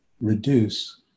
reduce